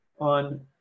on